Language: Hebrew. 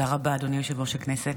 תודה רבה, אדוני יושב-ראש הכנסת.